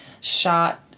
shot